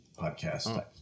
podcast